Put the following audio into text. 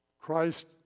Christ